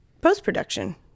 post-production